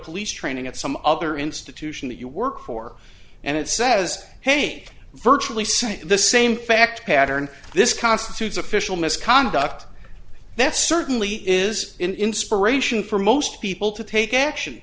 police training at some other institution that you work for and it says hey virtually say the same fact pattern this constitutes official misconduct that certainly is inspiration for most people to take action